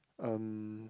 um